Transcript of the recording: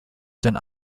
den